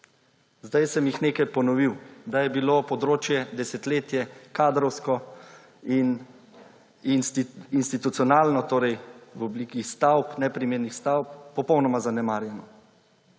Zdaj sem jih nekaj ponovil, da je bilo področje desetletje kadrovsko in institucionalno torej v obliki stavb, neprimernih stavb popolnoma zanemarjeno.